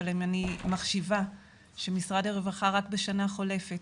אבל אם אני מחשיבה שמשרד הרווחה רק בשנה החולפת